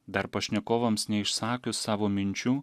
dar pašnekovams neišsakius savo minčių